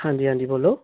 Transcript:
ਹਾਂਜੀ ਹਾਂਜੀ ਬੋਲੋ